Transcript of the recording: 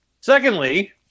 Secondly